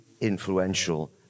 influential